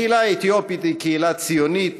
הקהילה האתיופית היא קהילה ציונית,